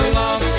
love